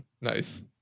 Nice